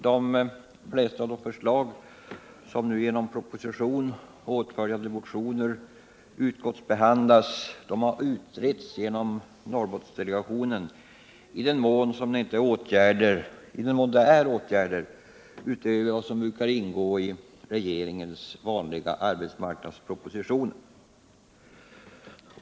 De flesta av de förslag som nu genom proposition och itföljande motioner utskottsbehandlats har utretts genom Norrbottendele gationen, i den mån det är åtgärder utöver vad som brukar ingå i regeringens vanliga arbetsmarknadspropositioner.